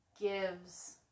gives